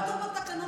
זה לא כתוב בתקנון.